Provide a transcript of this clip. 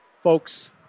folks